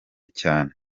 cyane